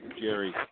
Jerry